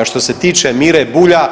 A što se tiče Mire Bulja